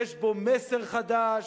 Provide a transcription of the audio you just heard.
יש בו מסר חדש,